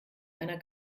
einer